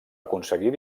aconseguir